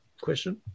question